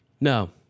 No